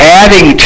adding